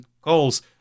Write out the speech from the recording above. goals